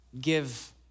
give